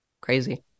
crazy